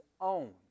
own